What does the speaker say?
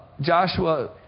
Joshua